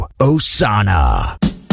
Osana